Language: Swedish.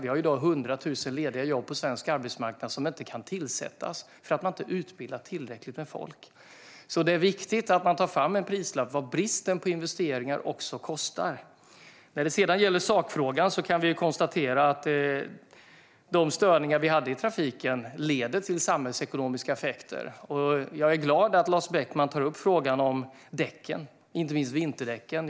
Det finns i dag 100 000 lediga jobb på svensk arbetsmarknad som inte kan tillsättas därför att inte tillräckligt många utbildas. Det är viktigt att också ta fram en prislapp på vad bristen på investeringar kostar. När det gäller sakfrågan kan vi konstatera att de störningar som finns i trafiken leder till samhällsekonomiska effekter. Jag är glad att Lars Beckman tar upp frågan om däcken, inte minst vinterdäcken.